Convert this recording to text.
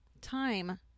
time